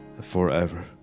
forever